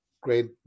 great